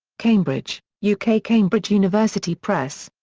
cambridge, u k. cambridge university press.